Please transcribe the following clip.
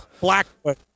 Blackwood